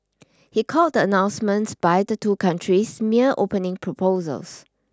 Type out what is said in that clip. he called the announcements by the two countries mere opening proposals